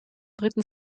dritten